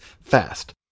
fast